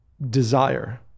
desire